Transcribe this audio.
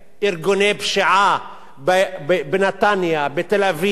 ארגוני פשיעה בנתניה, בתל-אביב,